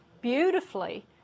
beautifully